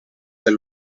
del